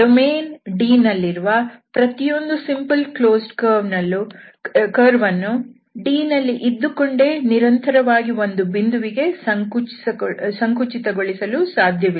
domain Dಯಲ್ಲಿರುವ ಪ್ರತಿಯೊಂದು simple closed ಕರ್ವ್ಅನ್ನು D ನಲ್ಲಿ ಇದ್ದುಕೊಂಡೇ ನಿರಂತರವಾಗಿ ಒಂದು ಬಿಂದುವಿಗೆ ಸಂಕುಚಿತಗೊಳಿಸಲು ಸಾಧ್ಯವಿಲ್ಲ